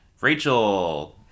Rachel